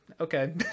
okay